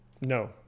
no